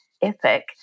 epic